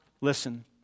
listen